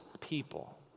people